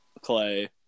Clay